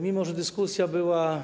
Mimo że dyskusja była